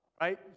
right